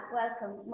welcome